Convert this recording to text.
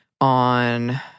on